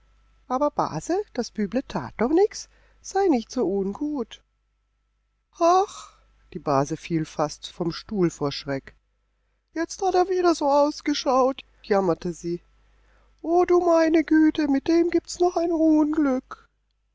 aber base das büble tat doch nichts sei nicht so ungut hach die base fiel fast vom stuhl vor schreck jetzt jetzt hat er wieder so ausgeschaut jammerte sie o du meine güte mit dem gibt's noch ein